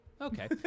Okay